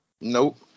Nope